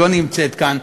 שלא נמצאת כאן,